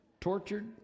tortured